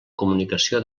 comunicació